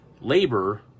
labor